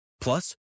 Plus